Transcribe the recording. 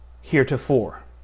heretofore